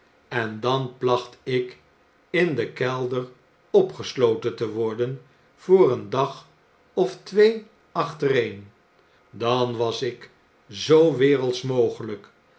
en dan placht ik in den kelder opgesloten te worden voor een dag of twee achtereen dan was ik zoo wereldsch mogelyk